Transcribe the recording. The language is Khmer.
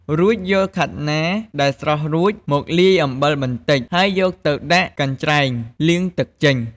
រួចយកខាត់ណាដែលស្រុះរួចមកលាយអំបិលបន្តិច ហើយយកទៅដាក់កញ្ច្រែងលាងទឹកចេញ។